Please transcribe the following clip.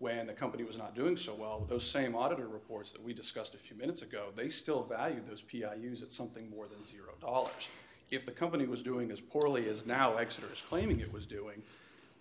when the company was not doing so well those same audit reports that we discussed a few minutes ago they still value those use at something more than zero dollars if the company was doing as poorly as now exeter's claiming it was doing